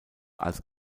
als